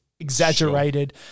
exaggerated